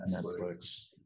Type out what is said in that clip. Netflix